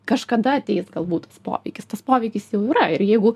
kažkada ateis galbūt tas poveikis tas poveikis jau yra ir jeigu